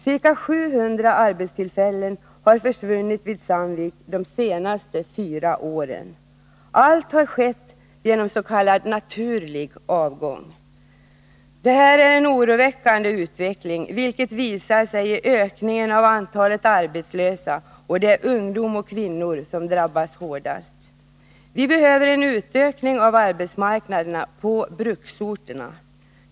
Ca 700 arbetstillfällen har försvunnit vid Sandvik de senaste fyra åren — alla genom s.k. naturlig avgång. Det här är en oroväckande utveckling, vilket visar sig i ökningen av antalet arbetslösa. Och det är ungdom och kvinnor som drabbas hårdast. Vi behöver en utökning av arbetsmarknaden på bruksorterna.